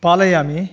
पालयामि